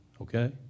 Okay